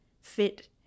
fit